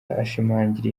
ashimangira